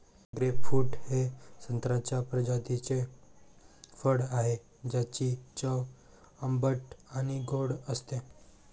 grapefruit हे संत्र्याच्या प्रजातीचे फळ आहे, ज्याची चव आंबट आणि गोड असते